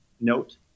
note